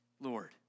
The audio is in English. Lord